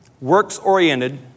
works-oriented